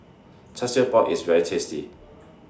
Char Siew Bao IS very tasty